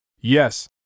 Yes